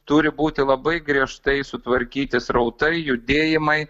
turi būti labai griežtai sutvarkyti srautai judėjimai